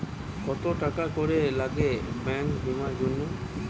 কত টাকা করে লাগে ব্যাঙ্কিং বিমার জন্য?